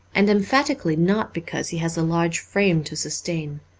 and emphatically not because he has a large frame to sustain.